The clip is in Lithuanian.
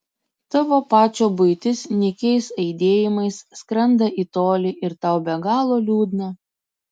tavo pačio buitis nykiais aidėjimais skrenda į tolį ir tau be galo liūdna